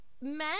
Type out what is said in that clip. men